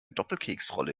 doppelkeksrolle